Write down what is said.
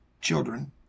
children